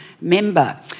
member